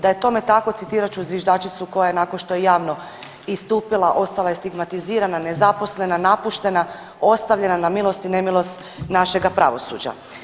Da je tome tako citirat ću zviždačicu koja je nakon što je javno istupila ostala je stigmatizirala, nezaposlena, napuštena, ostavljena na milost i nemilost našega pravosuđa.